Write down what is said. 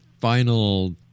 final